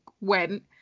went